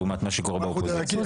לעומת מה שקורה באופוזיציה.